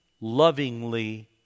lovingly